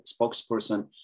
spokesperson